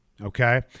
okay